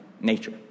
nature